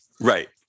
right